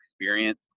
experience